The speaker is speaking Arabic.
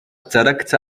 تركت